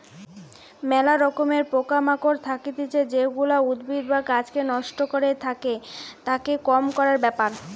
ম্যালা রকমের পোকা মাকড় থাকতিছে যেগুলা উদ্ভিদ বা গাছকে নষ্ট করে, তাকে কম করার ব্যাপার